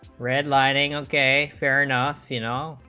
redlining of k fair enough you know